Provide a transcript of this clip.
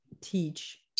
teach